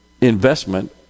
investment